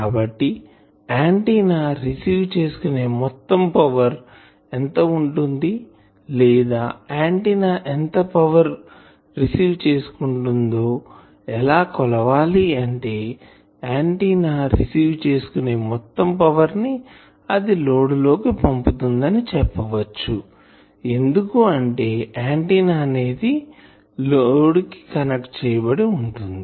కాబట్టి antenna receive చేసుకునే మొత్తం పవర్ ఎంత వుంటుంది లేదా ఆంటిన్నా ఎంత పవర్ రిసీవ్ చేసుకుంటుందో ఎలా కొలవాలి అంటే ఆంటిన్నా రిసీవ్ చేసుకునే మొత్తం పవర్ ని అది లోడ్ లోకి పంపుతుంది అని చెప్పవచ్చు ఎందుకు అంటే ఆంటిన్నా అనేది లోడ్ కి కనెక్ట్ చేయబడి వుంటుంది